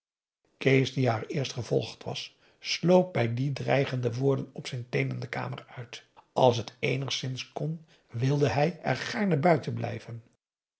kees die haar eerst gevolgd was sloop bij die dreip a daum hoe hij raad van indië werd onder ps maurits gende woorden op zijn teenen de kamer uit als het eenigszins kon wilde hij er gaarne buiten blijven